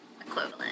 equivalent